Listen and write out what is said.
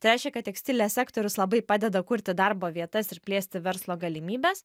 tai reiškia kad tekstilės sektorius labai padeda kurti darbo vietas ir plėsti verslo galimybes